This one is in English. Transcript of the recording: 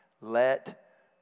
let